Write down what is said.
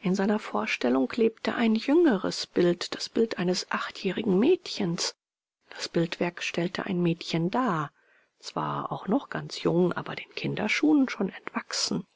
in seiner vorstellung lebte ein jüngeres bild das bild eines achtjährigen mädchens das bildwerk stellte ein mädchen dar zwar auch noch ganz jung aber den kinderschuhen schon entwachsen